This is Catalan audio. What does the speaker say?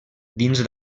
dins